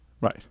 right